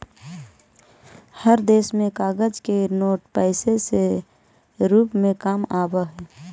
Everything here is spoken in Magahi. हर देश में कागज के नोट पैसे से रूप में काम आवा हई